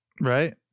Right